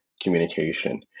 communication